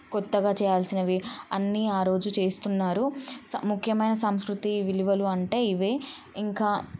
క్రొత్తగా చేయాల్సినవి అన్నీ ఆరోజు చేస్తున్నారు స ముఖ్యమైన సాంస్కృతి విలువలు అంటే ఇవే ఇంకా